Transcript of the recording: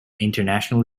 international